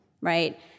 Right